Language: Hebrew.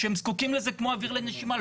שהם זקוקים לזה כמו אוויר לנשימה,